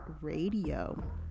Radio